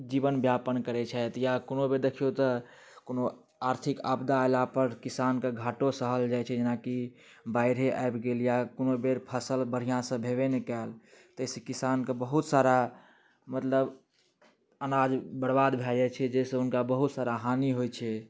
जीवन व्यापन करै छथि या कोनो बेर देखियो तऽ कोनो आर्थिक आपदा अयला पर किसान के घाटो सहल जाइ छै जेनाकि बाढ़िये आबि गेल या कोनो बेर फसल बढ़िऑं से भेबे नहि कयल ताहि सँ किसान के बहुत सारा मतलब अनाज बर्बाद भऽ जाइ छै जाहिसँ हुनका बहुत सारा हानि होइ छै